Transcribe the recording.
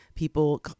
People